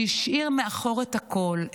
שהשאיר מאחור את הכול,